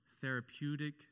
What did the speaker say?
therapeutic